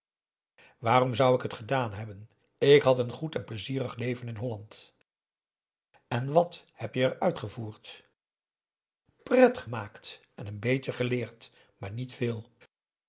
waarom zou ik het gedaan hebben ik had een goed en pleizierig leven in holland en wat heb je er uitgevoerd pret gemaakt en n beetje geleerd maar niet veel